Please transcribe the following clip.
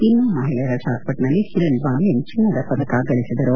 ಇನ್ನು ಮಹಿಳೆಯರ ಶಾಟ್ಪಟ್ನಲ್ಲಿ ಕಿರಣ್ ಬಾಲಿಯನ್ ಚಿನ್ನದ ಪದಕ ಜಯಿಸಿದರು